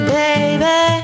baby